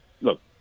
look